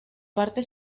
parte